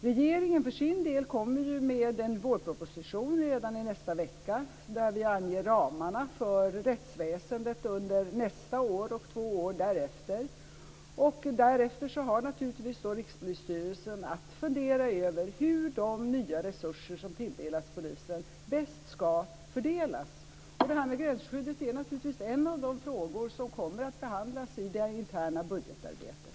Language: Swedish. Regeringen kommer för sin del med en vårproposition redan i nästa vecka där vi anger ramarna för rättsväsendet under nästa år och två år därefter, och därefter har naturligtvis Rikspolisstyrelsen att fundera över hur de nya resurser som tilldelas polisen bäst ska fördelas. Det här med gränsskyddet är naturligtvis en av de frågor som kommer att behandlas i det interna budgetarbetet.